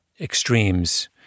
extremes